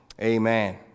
amen